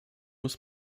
muss